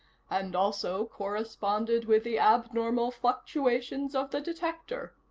and also corresponded with the abnormal fluctuations of the detector.